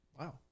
Wow